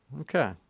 Okay